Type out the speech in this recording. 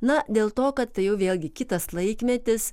na dėl to kad tai jau vėlgi kitas laikmetis